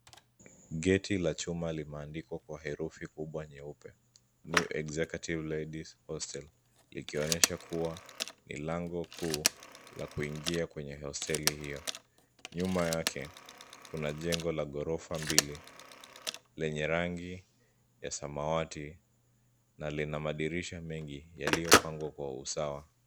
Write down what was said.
Geti la chuma limeandikwa kwa herufi kubwa nyeupe, NEW EXECUTIVE LADIES HOSTEL , likionyesha kuwa, ni lango kuu, la kuingia kwenye hosteli hiyo. Nyuma yake, kuna jengo la ghorofa mbili, lenye rangi, ya samawati, na lina madirisha mengi yaliyopangwa kwa usawa.